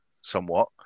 somewhat